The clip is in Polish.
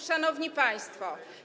Szanowni Państwo!